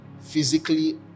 physically